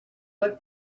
let